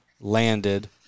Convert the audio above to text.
landed